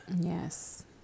Yes